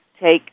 take